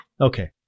Okay